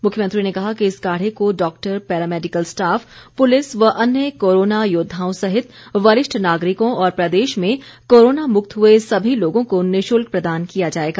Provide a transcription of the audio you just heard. मुख्यमंत्री ने कहा कि इस काढ़े को doctor paramedical staff police व अन्य कोरोना योद्धाओं सहित वरिष्ठ नागरिकों और प्रदेश में कोरोना मुक्त हुए सभी लोगों को निशुल्क प्रदान किया जाएगा